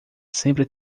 sempre